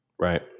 Right